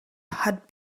had